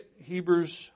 Hebrews